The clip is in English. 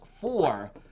four